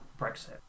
Brexit